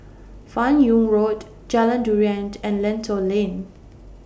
fan Yoong Road Jalan Durian and Lentor Lane